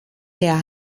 der